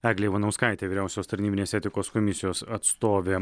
eglė ivanauskaitė vyriausiosios tarnybinės etikos komisijos atstovė